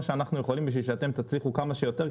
שאנחנו יכולים בשביל שאתם תצליחו כמה שיותר,